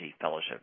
fellowship